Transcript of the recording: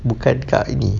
bukan kak ini